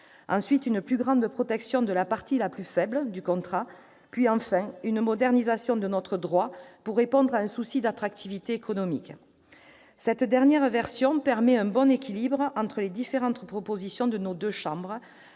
ensuite, une plus grande protection de la partie la plus faible du contrat ; enfin, une modernisation de notre droit pour répondre à un souci d'attractivité économique. Cette dernière version permet un bon équilibre entre les différentes propositions de nos deux chambres,